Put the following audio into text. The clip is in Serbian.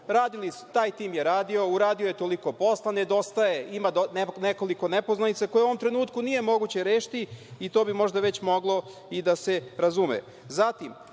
kaže – taj tim je radio, uradio je toliko posla, nedostaje, ima nekoliko nepoznanica koje u ovom trenutku nije moguće rešiti i to bi možda već moglo i da se razume.